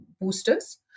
boosters